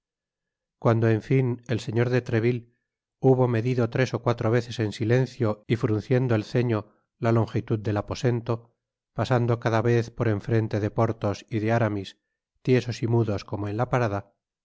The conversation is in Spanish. cuando en fin el señor de treville hubo medido tres ó cuatro veces en silencio y frunciendo el ceño la longitud del aposento pasando cada vez por en frente de porthos y de aramis tiesos y mudos como en la parada